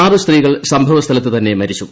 ആറ് സ്ത്രീകൾ സംഭവസ്ഥലത്ത് തന്നെ മരിച്ചു